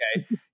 okay